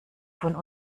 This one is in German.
von